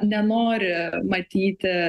nenori matyti